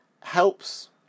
helps